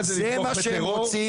זה מה שהם רוצים.